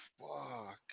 Fuck